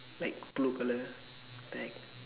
like blue color like